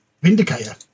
Vindicator